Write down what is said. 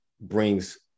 brings